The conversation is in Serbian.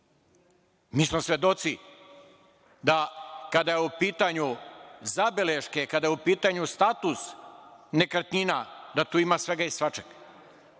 smo svedoci da kada su u pitanju zabeleške, kada je u pitanju status nekretnina, da tu ima svega i svačega.